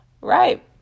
Right